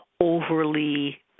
overly